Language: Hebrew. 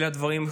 אלה הדברים.